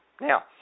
Now